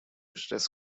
stress